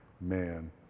man